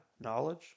knowledge